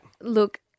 Look